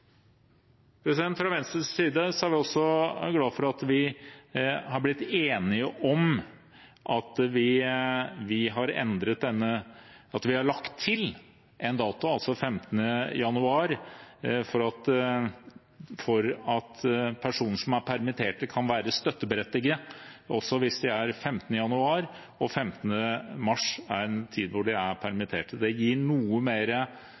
Fra Venstres side er vi også glad for at vi er blitt enige om å legge til en dato, altså 15. januar, for at personer som er permittert, kan være støtteberettiget også hvis 15. januar og 15. mars er en tid hvor de er permittert. Det gir noe